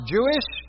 Jewish